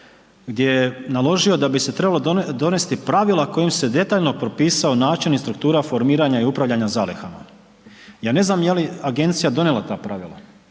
gdje je naložio da bi se trebala donesti pravila kojim se detaljno propisao način i struktura formiranja i upravljanja zalihama. Ja ne znam je li agencija donijela ta pravila,